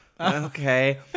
Okay